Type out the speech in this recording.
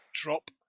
Drop